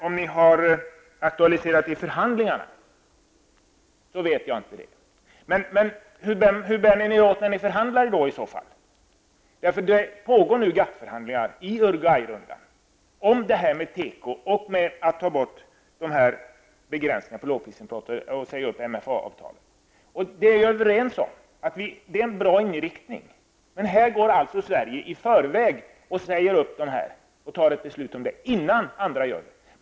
Om ni har aktualiserat detta i förhandlingarna vet inte jag. Men hur bär ni er åt i så fall när ni förhandlar? Det pågår nu GATT-förhandlingar i Vidare handlar det om att säga upp MFA-avtalet. Där är vi överens, för det är en bra inriktning. Men Sverige går alltså i förväg här och fattar beslut om en uppsägning innan andra gör det.